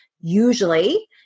usually